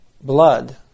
Blood